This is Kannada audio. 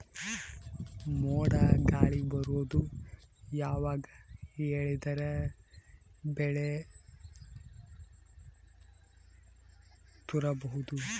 ಮೋಡ ಗಾಳಿ ಬರೋದು ಯಾವಾಗ ಹೇಳಿದರ ಬೆಳೆ ತುರಬಹುದು?